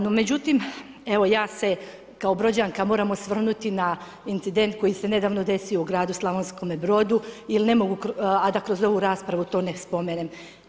No, međutim, evo ja se kao Brođanka moram osvrnuti na incident koji se nedavno desio u gradu Slavonskome brode, jer ne mogu, a da kroz ovu raspravu to ne spomenem.